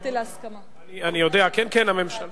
הגעתי להסכמה על הוועדה גם כן.